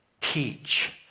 teach